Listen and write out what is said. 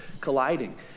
colliding